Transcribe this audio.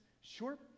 short